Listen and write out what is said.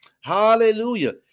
Hallelujah